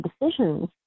decisions